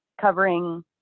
covering